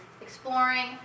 exploring